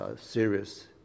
serious